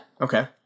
Okay